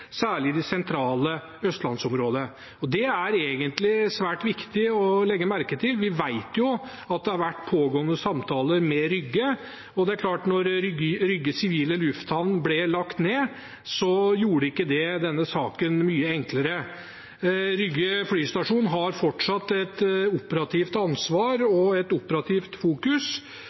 særlig i det sentrale østlandsområdet. Det er egentlig svært viktig å legge merke til. Vi vet jo at det har vært pågående samtaler med Rygge, og det er klart at da Rygge sivile lufthavn ble lagt ned, gjorde ikke det denne saken mye enklere. Rygge flystasjon har fortsatt et operativt ansvar og et operativt fokus